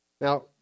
Now